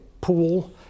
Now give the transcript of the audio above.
pool